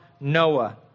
Noah